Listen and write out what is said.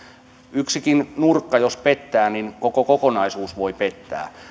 yksikin nurkka jos pettää niin koko kokonaisuus voi pettää